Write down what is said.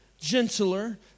gentler